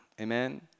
Amen